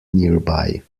nearby